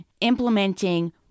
implementing